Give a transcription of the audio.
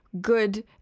good